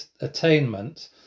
attainment